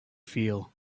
feel